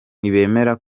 ntibemera